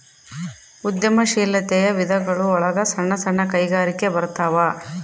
ಉದ್ಯಮ ಶೀಲಾತೆಯ ವಿಧಗಳು ಒಳಗ ಸಣ್ಣ ಸಣ್ಣ ಕೈಗಾರಿಕೆ ಬರತಾವ